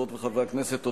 חברי וחברות הכנסת,